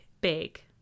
Big